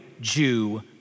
Jew